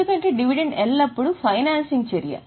ఎందుకంటే డివిడెండ్ ఎల్లప్పుడూ ఫైనాన్సింగ్ చర్య